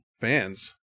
fans